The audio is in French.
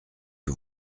que